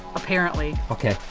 apparently. okay,